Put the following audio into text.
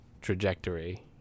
trajectory